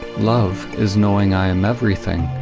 love is knowing i am everything,